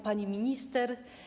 Pani Minister!